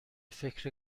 فکر